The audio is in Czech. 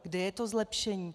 Kde je to zlepšení?